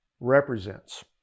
represents